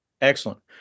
Excellent